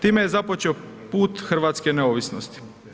Time je započeo put hrvatske neovisnosti.